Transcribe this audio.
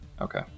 okay